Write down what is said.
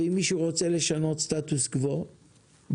ואם מישהו רוצה לשנות סטטוס קוו בשבת,